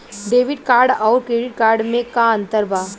Debit card आउर credit card मे का अंतर बा?